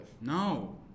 No